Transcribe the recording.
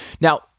Now